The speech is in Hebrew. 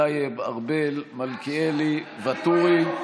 טייב, ארבל, מלכיאלי, ואטורי,